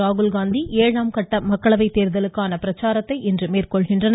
ராகுல்காந்தியும் ஏழாவது கட்ட மக்களவைத் தேர்தலுக்கான பிரச்சாரத்தை இன்று மேற்கொண்டுள்ளனர்